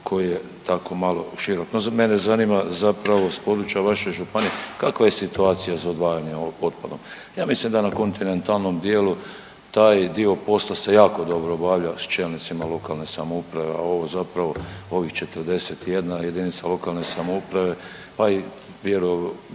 koji je tako malo širok. No, mene zanima zapravo s područja vaše županije kakva je situacija za odvajanje otpadom. Ja mislim da na kontinentalnom dijelu taj dio posla se jako dobro obavlja s čelnicima lokalne samouprave, a ovo zapravo ovih 41 jedinica lokalne samouprave pa i volio